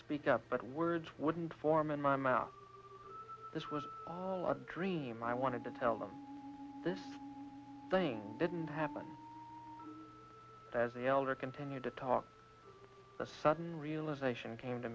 speak up but words wouldn't form in my mouth this was all a dream i wanted to tell them this thing didn't happen as the elder continued to talk the sudden realization came to